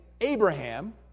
Abraham